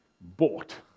bought